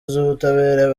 z’ubutabera